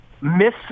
miss